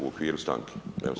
U okviru stanke.